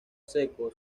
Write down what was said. seco